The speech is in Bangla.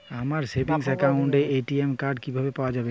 আমার সেভিংস অ্যাকাউন্টের এ.টি.এম কার্ড কিভাবে পাওয়া যাবে?